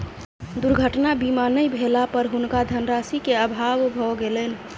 दुर्घटना बीमा नै भेला पर हुनका धनराशि के अभाव भ गेलैन